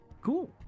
Cool